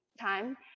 time